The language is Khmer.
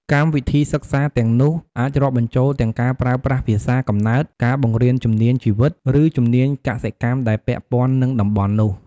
កម្មវិធីសិក្សាទាំងនោះ អាចរាប់បញ្ចូលទាំងការប្រើប្រាស់ភាសាកំណើត ការបង្រៀនជំនាញជីវិត ឬជំនាញកសិកម្មដែលពាក់ព័ន្ធនឹងតំបន់នោះ។